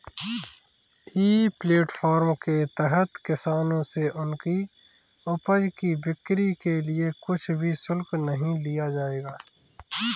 ई platform के तहत किसानों से उनकी उपज की बिक्री के लिए कुछ भी शुल्क नहीं लिया जाएगा